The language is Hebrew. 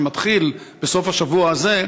שמתחיל בסוף השבוע הזה,